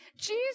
Jesus